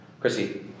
Chrissy